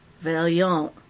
Valiant